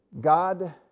God